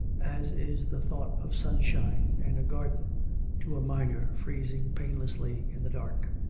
as is the thought of sunshine and a garden to a miner freezing painlessly in the dark.